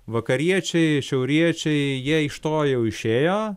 vakariečiai šiauriečiai jie iš to jau išėjo